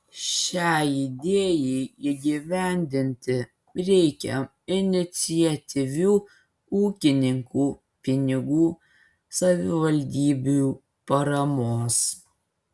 šiai idėjai įgyvendinti reikia iniciatyvių ūkininkų pinigų savivaldybių paramos